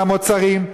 על המוצרים,